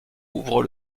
ouvrent